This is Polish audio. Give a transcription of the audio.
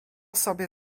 sobie